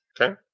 Okay